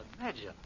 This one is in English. imagine